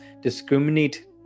discriminate